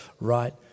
right